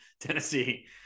Tennessee